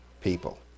people